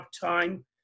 time